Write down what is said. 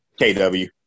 KW